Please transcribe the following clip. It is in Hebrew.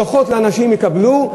דוחות אנשים יקבלו,